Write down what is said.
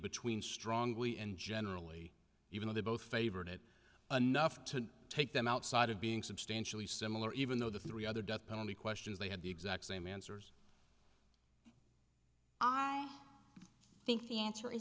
between strongly and generally even though they both favored it anough to take them outside of being substantially similar even though the three other death penalty questions they had the exact same answers i think the answer is